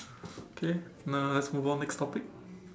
okay now let's move on next topic